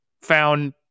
found